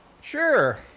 sure